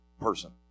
person